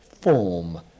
form